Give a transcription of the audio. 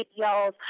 videos